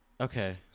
Okay